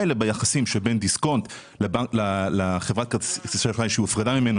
מילא ביחסים שבין דיסקונט לחברת כרטיסי האשראי שהופרדה ממנו,